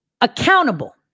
accountable